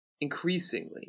increasingly